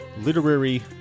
literary